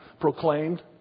proclaimed